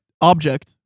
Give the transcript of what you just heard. object